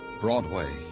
Broadway